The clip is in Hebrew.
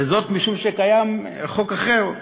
משום שקיים חוק אחר,